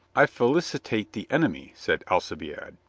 i felicitate the enemy, said alcibiade.